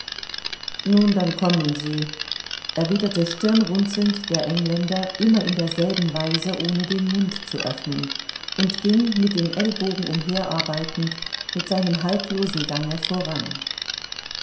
nun dann kommen sie erwiderte stirnrunzelnd der engländer immer in derselben weise ohne den mund zu öffnen und ging mit den ellbogen umherarbeitend mit seinem haltlosen gange voran